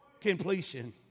completion